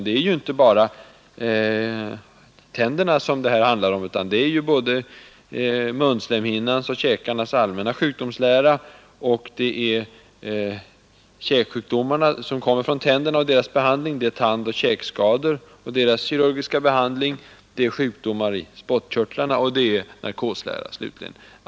Ämnet oral kirurgi behandlar inte bara tänderna utan även munslemhinnans och käkarnas allmänna sjukdomslära, de käksjukdomar som härrör från tänderna och behandlingen av dem, tandoch käkskador och deras kirurgiska behandling, sjukdomar i spottkörtlarna och slutligen narkoslära.